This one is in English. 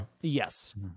Yes